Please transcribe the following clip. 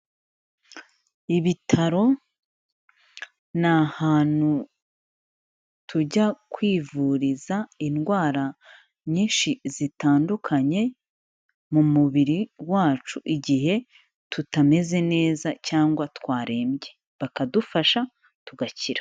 Ibitaro, ni ahantu tujya kwivuriza indwara nyinshi zitandukanye, mu mubiri wacu igihe tutameze neza cyangwa twarembye. Bakadufasha, tugakira.